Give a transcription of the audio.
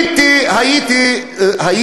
חאג' אמין אל-חוסייני.